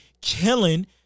killing